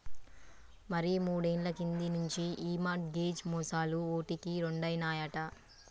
మరి మూడేళ్ల కింది నుంచి ఈ మార్ట్ గేజ్ మోసాలు ఓటికి రెండైనాయట